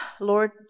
Lord